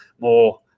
more